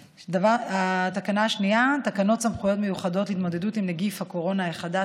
2. תקנות סמכויות מיוחדות להתמודדות עם נגיף הקורונה החדש